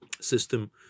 system